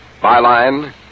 Byline